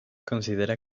considera